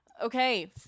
Okay